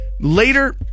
later